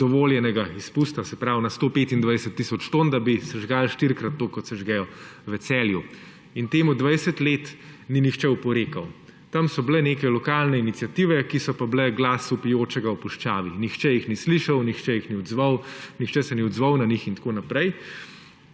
dovoljenega izpusta, se pravi na 125 tisoč ton, da bi sežgal štirikrat toliko, kot sežgejo v Celju, in temu 20 let ni nihče oporekal. Tam so bile neke lokalne iniciative, ki so pa bile glas vpijočega v puščavi, nihče jih ni slišal, nihče se ni odzval na njih in tako naprej.